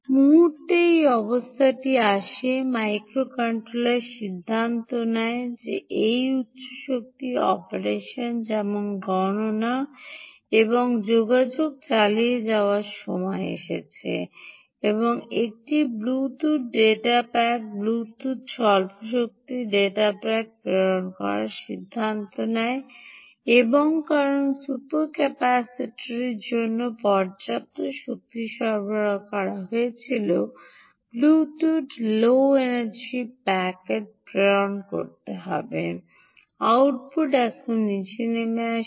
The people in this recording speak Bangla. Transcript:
মুহুর্তে এই অবস্থাটি আসে মাইক্রোকন্ট্রোলার সিদ্ধান্ত নেয় যে এই উচ্চ শক্তি অপারেশন যেমন গণনা এবং যোগাযোগ চালিয়ে যাওয়ার সময় এসেছে এবং একটি ব্লুটুথ ডেটা প্যাকেট ব্লুটুথ স্বল্প শক্তি ডেটা প্যাকেট প্রেরণ করার সিদ্ধান্ত নেয় এবং কারণ সুপার ক্যাপাসিটারের জন্য পর্যাপ্ত শক্তি সরবরাহ করা হয়েছিল ব্লুটুথ লো এনার্জি প্যাকেট প্রেরণ করতে হবে আউটপুট এখন নীচে নেমে আসে